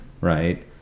right